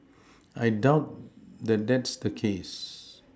I doubt that that's the case